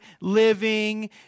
living